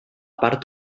part